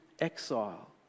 exile